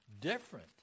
different